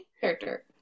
Character